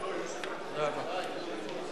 חברי הכנסת לומר את דברם על-ידי